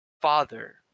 father